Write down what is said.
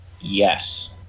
Yes